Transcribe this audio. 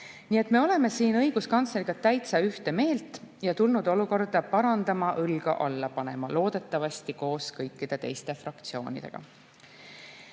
Nii et me oleme siin õiguskantsleriga täitsa ühte meelt ja tulnud olukorda parandama, õlga alla panema – loodetavasti koos kõikide teiste fraktsioonidega.